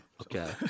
okay